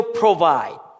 provide